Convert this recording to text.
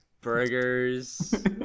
Burgers